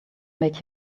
make